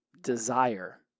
desire